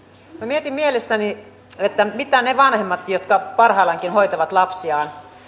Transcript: minä mietin mielessäni mitä ne vanhemmat jotka parhaillaankin hoitavat lapsiaan